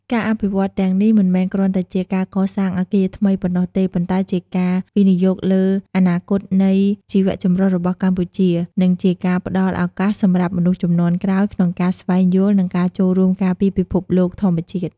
ការអភិវឌ្ឍន៍ទាំងនេះ មិនមែនគ្រាន់តែជាការកសាងអគារថ្មីប៉ុណ្ណោះទេ ប៉ុន្តែជាការវិនិយោគលើអនាគតនៃជីវៈចម្រុះរបស់កម្ពុជា និងជាការផ្តល់ឱកាសសម្រាប់មនុស្សជំនាន់ក្រោយក្នុងការស្វែងយល់ និងចូលរួមការពារពិភពលោកធម្មជាតិ។